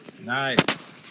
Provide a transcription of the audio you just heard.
Nice